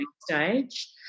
stage